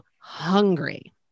Hungry